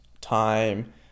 time